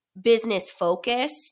business-focused